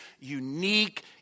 unique